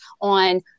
on